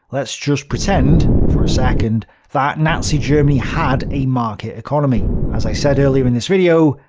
let's just pretend for a second that nazi germany had a market economy. as i said earlier in this video,